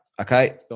Okay